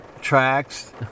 tracks